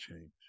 change